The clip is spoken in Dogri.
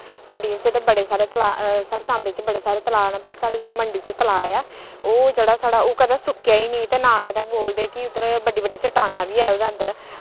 मंडियें च ते बड़े सारे तलाऽ साढ़े सांबे च बड़े सारे तलाऽ न पर साढ़े जेह्ड़ा मंडी च तलाऽ ऐ ओह् जेह्ड़ा साढ़ा ओह् कदै सुक्केआ गै निं ते ना कदै बोलदे कि उद्धर बड्डी बड्डी चट्टानां बी ऐ ओह्दे अंदर